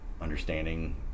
understanding